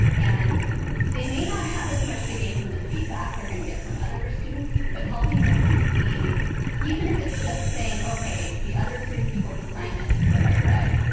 and they may not have as much to gain from the feedback they're going to get from other students, but helping them to see even if it's just saying, ok, the other three people's assignment that i read,